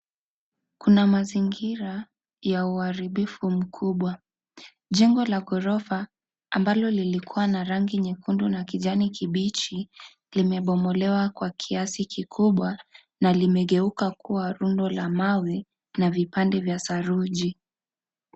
Kuna mazingira vya uharibifu mkubwa, jengo la gorofa ambalo lilikuwa na rangi nyekundu na kijani kibichi limebomolewa kwa kiasi kikubwa na limegeuka kuwa rundo la mawe na vipande vya saruji.